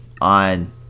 on